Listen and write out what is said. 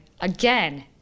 again